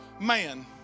man